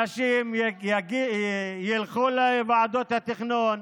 אנשים ילכו לוועדות התכנון,